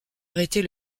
arrêter